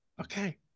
okay